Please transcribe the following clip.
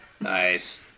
Nice